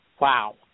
Wow